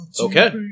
Okay